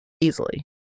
Easily